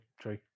true